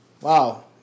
Wow